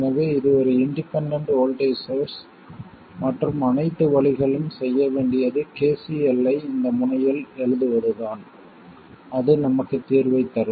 எனவே இது ஒரு இண்டிபெண்டண்ட் வோல்ட்டேஜ் சோர்ஸ் மற்றும் அனைத்து வழிகளும் செய்ய வேண்டியது KCL ஐ இந்த முனையில் எழுதுவதுதான் அது நமக்கு தீர்வைத் தரும்